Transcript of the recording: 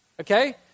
Okay